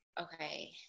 Okay